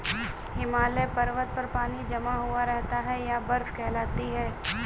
हिमालय पर्वत पर पानी जमा हुआ रहता है यह बर्फ कहलाती है